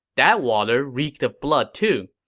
that water reeked of blood, too.